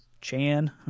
Chan